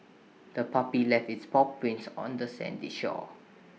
the puppy left its paw prints on the sandy shore